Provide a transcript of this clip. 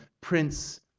Prince